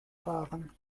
fahren